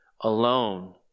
alone